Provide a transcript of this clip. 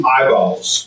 Eyeballs